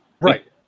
Right